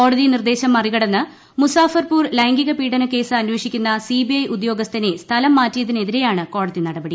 കോടതി നിർദ്ദേശം മറികടന്ന് മുസാഫർപൂർ ലൈംഗിക പീഢനക്കേസ് അന്വേഷിക്കുന്ന സിബിഐ ഉദ്യോഗസ്ഥനെ സ്ഥലം മാറ്റിയതിനെതിരെയാണ് കോടതി നടപടി